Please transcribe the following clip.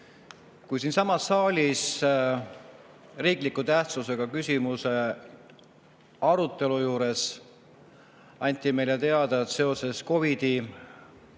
kui siinsamas saalis riikliku tähtsusega küsimuse arutelu juures anti meile teada, et seoses COVID‑i